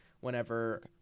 Whenever